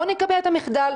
בואו נקבע את המחדל.